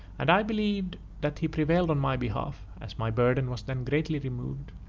and i believed that he prevailed on my behalf, as my burden was then greatly removed,